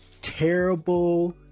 terrible